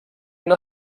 una